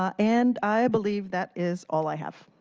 um and i believe, that is all i have.